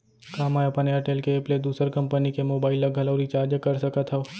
का मैं अपन एयरटेल के एप ले दूसर कंपनी के मोबाइल ला घलव रिचार्ज कर सकत हव?